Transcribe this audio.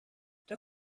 der